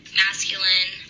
masculine